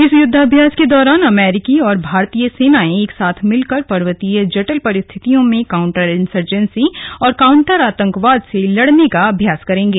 इस युद्धाभ्यास के दौरान अमेरिकी और भारतीय सेनाएं एक साथ मिलकर पर्वतीय जटिल परिस्थितियों में काउन्टर इंसर्जेसी और काउन्टर आतंकवाद के साथ लड़ने का अभ्यास करेंगे